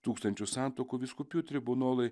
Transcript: tūkstančius santuokų vyskupijų tribunolai